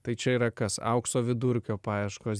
tai čia yra kas aukso vidurkio paieškos